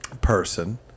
person